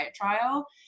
trial